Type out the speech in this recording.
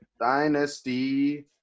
Dynasty